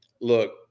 Look